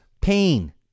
pain